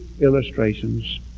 illustrations